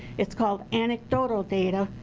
it's called anecdotal data.